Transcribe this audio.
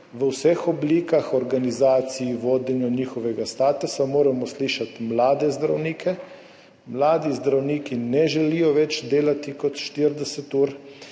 v vseh oblikah, organizaciji in vodenju njihovega statusa. Moramo slišati mlade zdravnike. Mladi zdravniki ne želijo delati več kot 40 ur.